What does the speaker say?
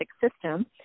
system